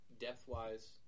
depth-wise